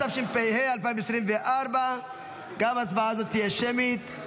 התשפ"ה 2024. גם ההצבעה הזאת תהיה שמית.